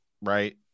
right